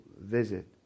visit